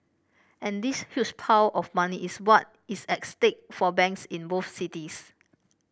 and this huge pile of money is what is at stake for banks in both cities